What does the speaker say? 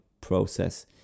process